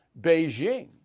Beijing